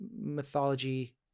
mythology